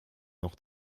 noch